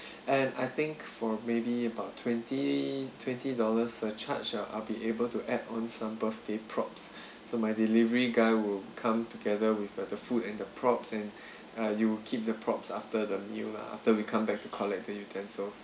and I think for maybe about twenty twenty dollars surcharge ya I'll be able to add on some birthday props so my delivery guy will come together with the the food and the props and you keep the props after the meal lah after we come back to collect the utensils